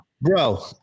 Bro